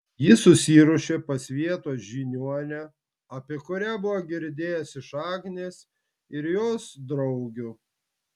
jis susiruošė pas vietos žiniuonę apie kurią buvo girdėjęs iš agnės ir jos draugių